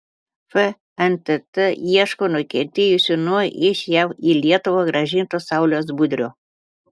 fntt ieško nukentėjusių nuo iš jav į lietuvą grąžinto sauliaus budrio